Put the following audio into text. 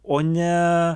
o ne